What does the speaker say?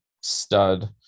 stud